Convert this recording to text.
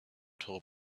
teure